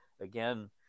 again